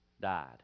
died